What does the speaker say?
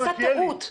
נעשתה טעות.